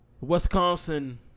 Wisconsin